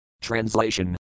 Translation